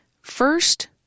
First